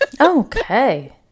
okay